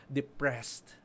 depressed